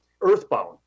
earthbound